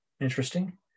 Interesting